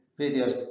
videos